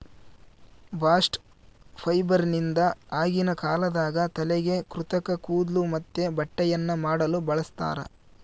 bast ಫೈಬರ್ನಿಂದ ಆಗಿನ ಕಾಲದಾಗ ತಲೆಗೆ ಕೃತಕ ಕೂದ್ಲು ಮತ್ತೆ ಬಟ್ಟೆಯನ್ನ ಮಾಡಲು ಬಳಸ್ತಾರ